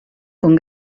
con